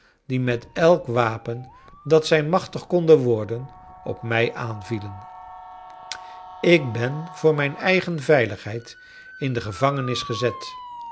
die met elk wapen dat zij machtig konden worden op mij aanvielen ik ben voor mijn eigen veiligheid in de gevangenis gezet